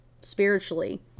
spiritually